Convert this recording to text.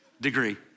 degree